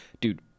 Dude